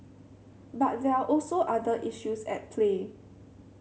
but there are also other issues at play